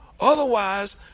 Otherwise